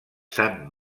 sant